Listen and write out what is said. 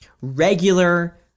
regular